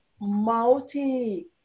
multi